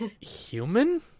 human